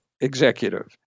executive